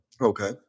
okay